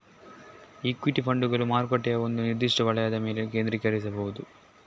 equity ಫಂಡುಗಳು ಮಾರುಕಟ್ಟೆಯ ಒಂದು ನಿರ್ದಿಷ್ಟ ವಲಯದ ಮೇಲೆ ಕೇಂದ್ರೀಕರಿಸಬಹುದು